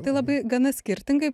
tai labai gana skirtingai